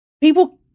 People